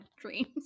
dreams